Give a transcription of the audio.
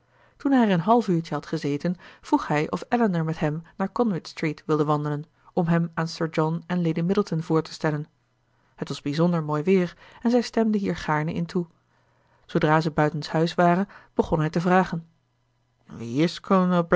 toen hij er een half uurtje had gezeten vroeg hij of elinor met hem naar conduit street wilde wandelen om hem aan sir john en lady middleton voor te stellen het was bijzonder mooi weer en zij stemde hier gaarne in toe zoodra ze buitenshuis waren begon hij te vragen wie is